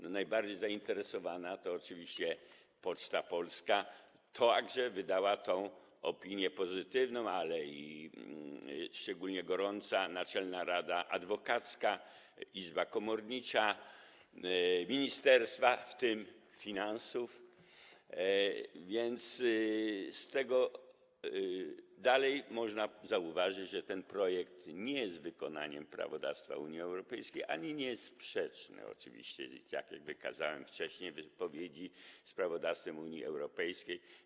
Najbardziej zainteresowana oczywiście Poczta Polska także wydała opinię pozytywną, ale i szczególnie gorąca Naczelna Rada Adwokacka, Izba Komornicza i ministerstwa, w tym Ministerstwo Finansów, więc z tego dalej można zauważyć, że ten projekt nie jest wykonaniem prawodawstwa Unii Europejskiej ani nie jest sprzeczny oczywiście, tak jak wykazałem wcześniej w wypowiedzi, z prawodawstwem Unii Europejskiej.